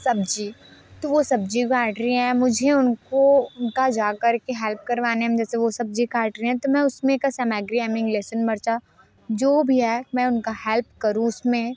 सब्ज़ी तो वो सब्ज़ी काट रहीं हैं मुझे उनको उनका जा कर के हेल्प करवाने में जैसे वो सब्ज़ी काट रहें तो मैं उसमें का सामग्री आई मिंग लहसुन मिर्च जो भी है मैं उनका हेल्प करूँ उसमें